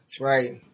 Right